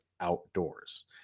outdoors